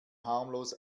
harmlos